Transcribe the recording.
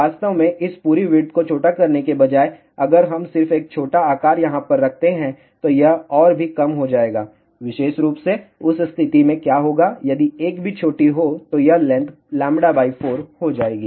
वास्तव में इस पूरी विड्थ को छोटा करने के बजाय अगर हम सिर्फ एक छोटा आकार यहाँ पर रखते हैं तो यह और भी कम हो जाएगा विशेष रूप से उस स्थिति में क्या होगा यदि एक भी छोटी हो तो यह लेंथ λ 4 हो जाएगी